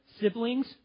siblings